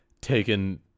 taken